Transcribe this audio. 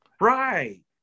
Right